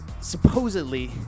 supposedly